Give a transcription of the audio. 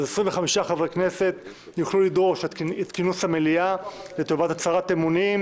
25 חברי כנסת יוכלו לדרוש את כינוס המליאה לטובת הצהרת אמונים,